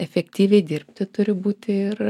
efektyviai dirbti turi būti ir